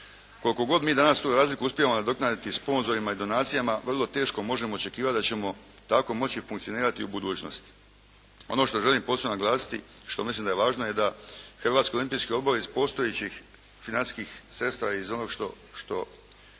Koliko god mi danas tu razliku uspijevamo nadoknaditi sponzorima i donacijama, vrlo teško možemo očekivati da ćemo tako moći funkcionirati u budućnost. Ono što želim posebno naglasiti, što mislim da je važno da Hrvatski olimpijski odbor iz postojećih financijskih sredstava iz onog što